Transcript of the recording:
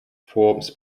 forms